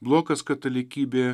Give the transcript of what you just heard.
blokas katalikybė